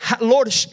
Lord